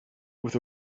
with